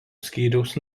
skyriaus